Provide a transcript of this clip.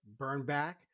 Burnback